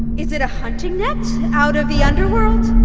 is it a hunting net out of the underworld?